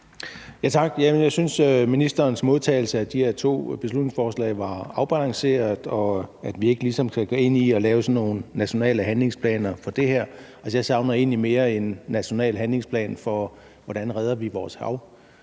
Jeg synes, at ministerens modtagelse af de her to beslutningsforslag var afbalanceret – at vi ikke ligesom skal ende i at lave sådan nogle nationale handlingsplaner for det her. Altså, jeg savner egentlig mere en national handlingsplan for, hvordan vi redder vores hav.